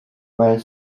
were